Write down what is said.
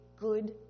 good